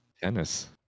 Tennis